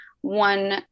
one